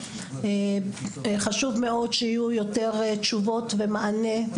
חשוב מאוד שיהיו יותר תשובות ומענה,